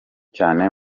cyane